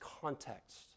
context